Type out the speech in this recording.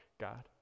God